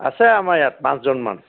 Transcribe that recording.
আছে আমাৰ ইয়াত পাঁচজনমান